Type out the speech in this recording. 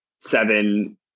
Seven